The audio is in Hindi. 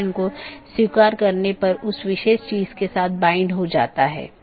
एक अन्य अवधारणा है जिसे BGP कंफेडेरशन कहा जाता है